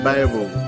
Bible